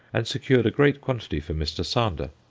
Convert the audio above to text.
and secured a great quantity for mr. sander,